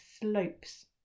slopes